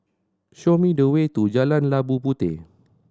show me the way to Jalan Labu Puteh